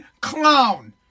clown